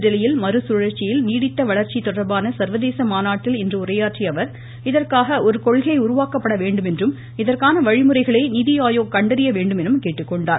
புதுதில்லியில் மறுசுழற்சியில் நீடித்த வளர்ச்சி தொடர்பான சர்வதேச மாநாட்டில் இன்று உரையாற்றிய அவர் இதற்காக ஒரு கொள்கை உருவாக்கப்பட வேண்டுமென்றும் இதற்கான வழிமுறைகளை நிதி ஆயோக் கண்டறிய வேண்டும் என்றும் கேட்டுக்கொண்டார்